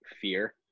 fear